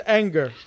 anger